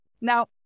Now